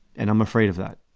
and i'm afraid of that